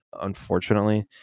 unfortunately